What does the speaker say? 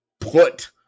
put